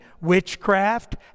witchcraft